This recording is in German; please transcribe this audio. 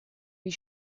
wie